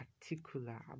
particular